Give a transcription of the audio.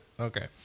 Okay